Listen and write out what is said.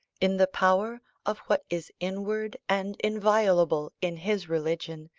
in the power of what is inward and inviolable in his religion,